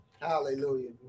Hallelujah